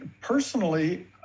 personally